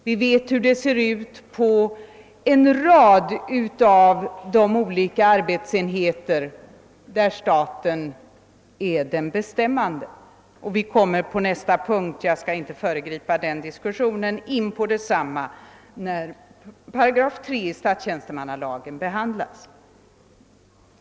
Vi vet hur det ser ut vid många av de arbetsenheter där staten är bestämmande, och vi kommer på nästa punkt in på samma sak när 3 § i statstjänstemannalagen skall behandlas.